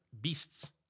beasts